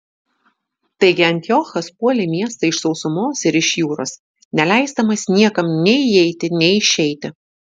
taigi antiochas puolė miestą iš sausumos ir iš jūros neleisdamas niekam nei įeiti nei išeiti